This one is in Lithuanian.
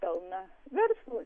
pelną verslui